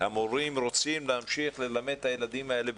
המורים רוצים להמשיך ללמד את הילדים האלה,